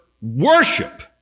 Worship